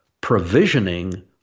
provisioning